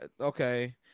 Okay